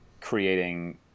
creating